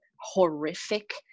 horrific